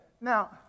Now